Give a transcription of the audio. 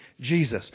Jesus